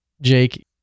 Jake